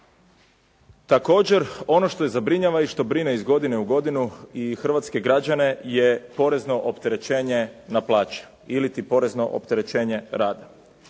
Također ono što zabrinjava i što brine iz godine u godinu i Hrvatske građane je porezno opterećenje na plaće, odnosno porezno opterećenje rada.